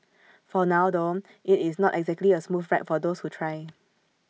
for now though IT is not exactly A smooth ride for those who try